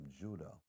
Judah